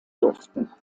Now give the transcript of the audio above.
durften